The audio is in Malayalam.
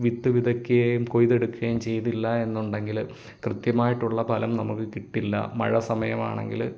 വിത്ത് വിതയ്ക്കുകയും കൊയ്തെടുക്കുകയും ചെയ്തില്ല എന്നുണ്ടെങ്കിൽ കൃത്യമായിട്ടുള്ള ഫലം നമുക്ക് കിട്ടില്ല മഴ സമയമാണെങ്കിൽ